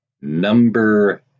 Number